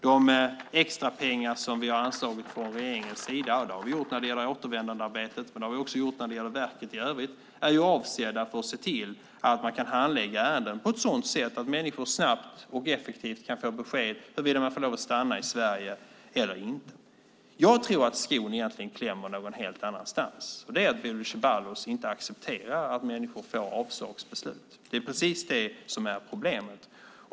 De extrapengar som vi har anslagit från regeringens sida har vi avsett för återvändandearbetet, men de är också, när det gäller verket i övrigt, avsedda för att se till att man kan handlägga ärenden på ett sådant sätt att människor snabbt och effektivt kan få besked om huruvida de får lov att stanna i Sverige eller inte. Jag tror att skon egentligen klämmer någon helt annanstans. Bodil Ceballos accepterar inte att människor får avslagsbeslut. Det är precis det som är problemet.